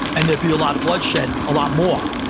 and there'd be a lot of bloodshed, a lot more.